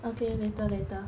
okay later later